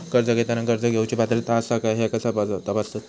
कर्ज घेताना कर्ज घेवची पात्रता आसा काय ह्या कसा तपासतात?